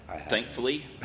thankfully